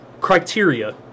criteria